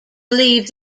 believe